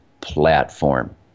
platform